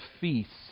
feasts